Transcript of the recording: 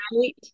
Right